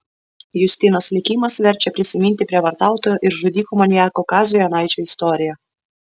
justinos likimas verčia prisiminti prievartautojo ir žudiko maniako kazio jonaičio istoriją